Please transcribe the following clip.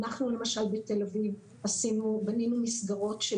אנחנו למשל בתל אביב בנינו מסגרות של